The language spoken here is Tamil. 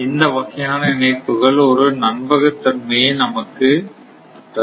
இந்த வகையான இணைப்புக்கள் ஒரு நம்பகத்தன்மையை நமக்கு தரும்